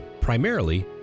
primarily